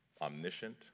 omniscient